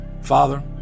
Father